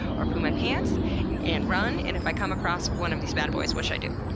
or poo my pants and run? and if i come across one of these bad boys, what should i do?